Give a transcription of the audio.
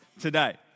today